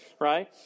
right